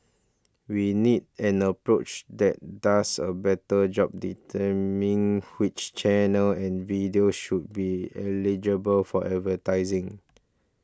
we need an approach that does a better job determining which channels and videos should be eligible for advertising